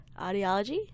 audiology